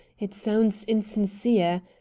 it sounds insincere.